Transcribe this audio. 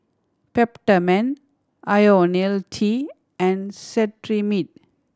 Peptamen Ionil T and Cetrimide